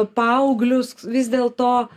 paauglius vis dėlto